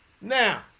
Now